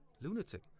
Lunatic